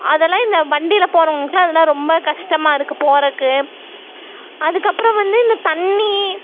அதெல்லாம் இந்த வண்டியில் போகிறவங்களுக்குலாம் அதெலாம் ரொம்ப கஷ்டமாக இருக்குது போகிறக்கு அதுக்கப்புறம் வந்து இந்த தண்ணி